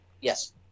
Yes